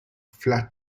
flat